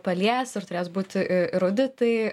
palies ir turės būt i ir auditai